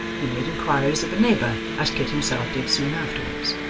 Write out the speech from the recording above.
he made inquiries of a neighbour, as kit himself did soon afterwards,